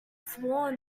sworn